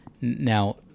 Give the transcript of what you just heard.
Now